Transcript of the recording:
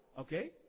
okay